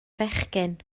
fechgyn